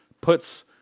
puts